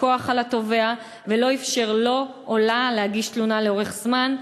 כוח על התובע ולא אפשר לו או לה להגיש תלונה לאורך זמן.